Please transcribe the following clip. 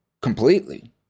Completely